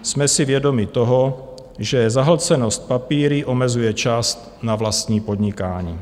Jsme si vědomi toho, že zahlcenost papíry omezuje čas na vlastní podnikání.